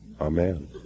Amen